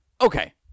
Okay